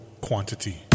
quantity